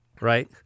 right